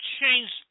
change